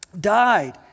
died